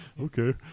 Okay